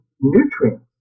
nutrients